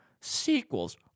sequels